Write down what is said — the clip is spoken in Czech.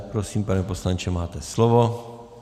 Prosím, pane poslanče, máte slovo.